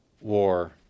war